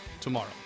tomorrow